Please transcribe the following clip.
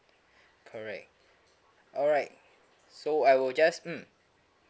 correct alright so I will just mm